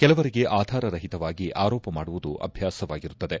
ಕೆಲವರಿಗೆ ಆಧಾರರಹಿತವಾಗಿ ಆರೋಪ ಮಾಡುವುದು ಅಭ್ಯಾಸವಾಗಿರುತ್ತದೆ